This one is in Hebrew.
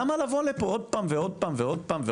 למה לבוא לפה עוד פעם ועוד פעם ועוד פעם?